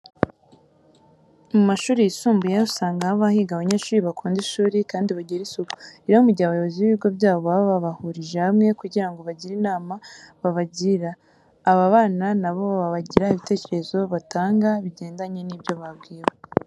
Mu mashuri yisumbuye usanga haba higa abanyeshuri bakunda ishuri kandi bagira isuku. Rero mu gihe abayobozi b'ibigo byabo baba babahurije hamwe kugira ngo bagire inama babagira, aba bana ba bo bagira ibitekerezo batanga bigendanye n'ibyo babwiwe.